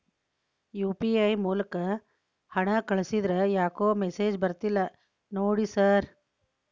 UPI ಮೂಲಕ ಹಣ ಕಳಿಸಿದ್ರ ಯಾಕೋ ಮೆಸೇಜ್ ಬರ್ತಿಲ್ಲ ನೋಡಿ ಸರ್?